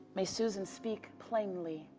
may susan speak plainly,